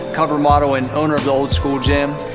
cover model, and owner of the old school gym.